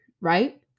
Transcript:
right